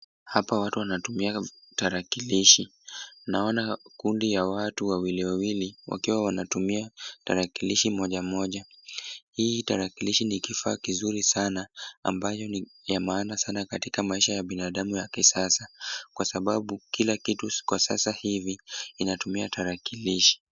Hapa watu wanatumia tarakilishi. Naona kundi ya watu wawili wawili wakiwa wanatumia tarakilishi moja moja. Hii tarakilishi ni kifaa kizuri sana ambayo ni ya maana sana katika maisha ya binadamu ya kisasa kwa sababu kila kitu kwa sasa hivi inatumia tarakilishi.